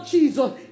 Jesus